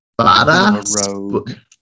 badass